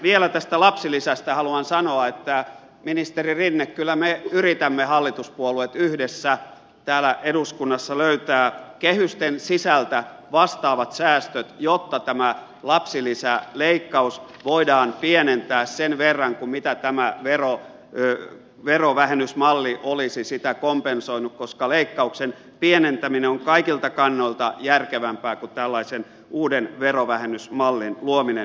vielä tästä lapsilisästä haluan sanoa että ministeri rinne kyllä me hallituspuolueet yhdessä yritämme täällä eduskunnassa löytää kehysten sisältä vastaavat säästöt jotta tätä lapsilisäleikkausta voidaan pienentää sen verran kuin mitä tämä verovähennysmalli olisi sitä kompensoinut koska leikkauksen pienentäminen on kaikelta kannalta järkevämpää kuin tällaisen uuden verovähennysmallin luominen